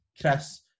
Chris